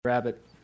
rabbit